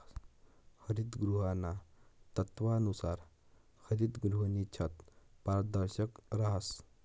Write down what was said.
हरितगृहाना तत्वानुसार हरितगृहनी छत पारदर्शक रहास